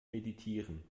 meditieren